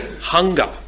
hunger